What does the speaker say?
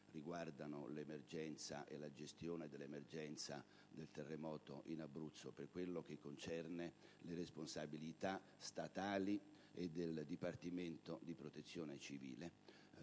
riguardano la gestione dell'emergenza del terremoto in Abruzzo, per quello che concerne le responsabilità statali e del Dipartimento della protezione civile.